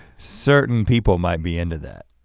certain people might be into that.